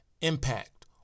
impact